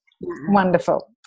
wonderful